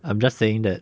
I'm just saying that